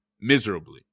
miserably